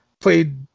played